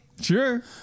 sure